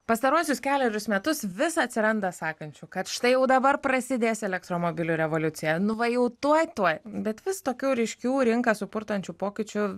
pastaruosius kelerius metus vis atsiranda sakančių kad štai jau dabar prasidės elektromobilių revoliucija nu va jau tuoj tuoj bet vis tokių ryškių rinką supurtančių pokyčių